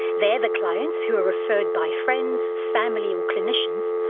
there the clients, who are referred by friends, family or clinicians,